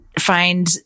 find